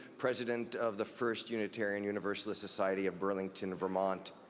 president of the first unitarian universalist society of burlington, vermont.